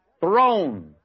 throne